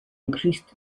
increased